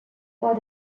vor